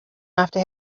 after